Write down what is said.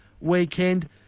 weekend